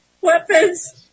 weapons